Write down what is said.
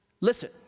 listen